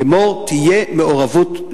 לאמור: תהיה מעורבות,